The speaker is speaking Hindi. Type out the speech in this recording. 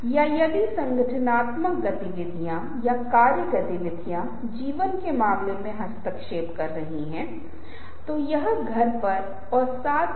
अब संदेश संरचना एक तरफा संदेश केवल एक ही धारणा प्रस्तुत करता है और दो पक्षीय संचार दोनों पक्षों को प्रस्तुत करता है और बहुत बार अधिक प्रेरक होता है